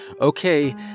Okay